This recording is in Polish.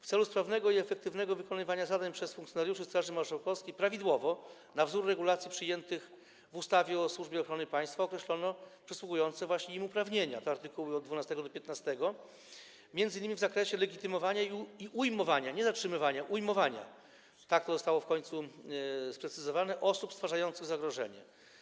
W celu sprawnego i efektywnego wykonywania zadań przez funkcjonariuszy Straży Marszałkowskiej prawidłowo, na wzór regulacji przyjętych w ustawie o Służbie Ochrony Państwa, określono przysługujące jej uprawnienia, to art. 12–15, m.in. w zakresie legitymowania i ujmowania - nie zatrzymywania, a ujmowania, tak to zostało w końcu sprecyzowane - osób stwarzających zagrożenie.